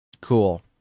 cool